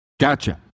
Gotcha